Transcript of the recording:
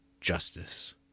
justice